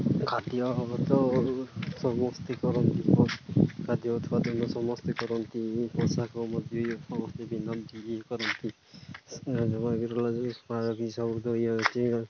ଖାଦ୍ୟ ତ ସମସ୍ତେ କରନ୍ତି ଖାଦ୍ୟ ହୋଉଥିବା ସମସ୍ତେ କରନ୍ତି ପୋଷାକ ମଧ୍ୟ ସମସ୍ତେ ପିନ୍ଧନ୍ତି ଇଏ କରନ୍ତି